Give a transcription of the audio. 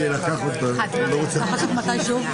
כולם.